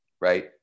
Right